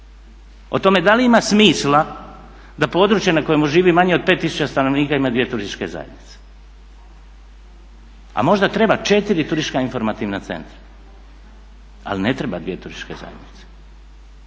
O tome da li ima smisla da područje na kojemu živi manje od 5 tisuća stanovnika ima 2 turističke zajednice? A možda treba 4 turistička informativan centra, ali ne treba 2 turističke zajednice.